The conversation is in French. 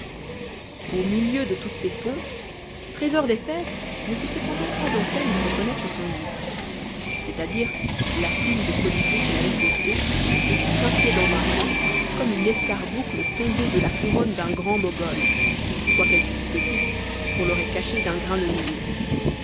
au milieu de toutes ces pompes trésor des fe cs ne fut cependant pas en peine de rcconnattre son lit cest u dire la plume de colibri qu'il avait souhaitée et qui scintillait dans un coin comme une escarboucle tombée de la couronne du grand mogol quoiqu'elle fut si petite qu'on l'aurait cachée d'un grain de mil